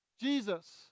Jesus